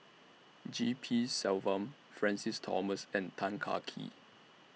G P Selvam Francis Thomas and Tan Kah Kee